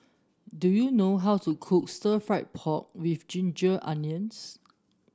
do you know how to cook Stir Fried Pork with Ginger Onions